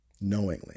knowingly